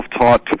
taught